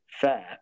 fair